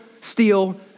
steal